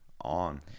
on